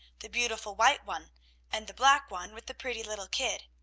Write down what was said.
the beautiful white one and the black one with the pretty little kid.